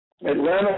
Atlanta